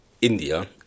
India